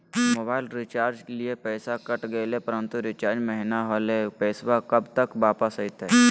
Mobile recharge के लिए पैसा कट गेलैय परंतु रिचार्ज महिना होलैय, पैसा कब तक वापस आयते?